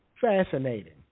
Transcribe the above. Fascinating